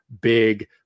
Big